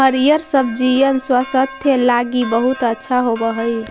हरिअर सब्जिअन स्वास्थ्य लागी बहुत अच्छा होब हई